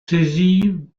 saisie